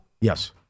Yes